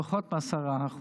פחות מ-10%.